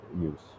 use